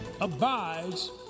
abides